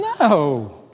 No